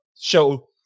show